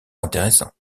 intéressants